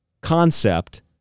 concept